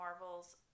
marvel's